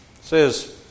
says